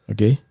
Okay